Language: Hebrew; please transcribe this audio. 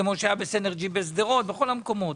כמו שהיה ב"סינרג'י" בשדרות ובעוד מקומות.